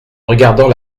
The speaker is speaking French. regardant